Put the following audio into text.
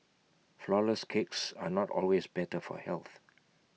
Flourless Cakes are not always better for health